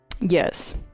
Yes